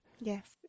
Yes